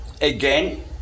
again